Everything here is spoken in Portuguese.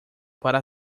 para